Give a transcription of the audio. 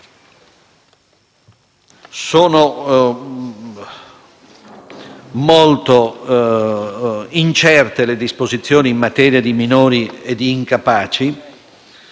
Sono molto incerte le disposizioni in materia di minori e di incapaci,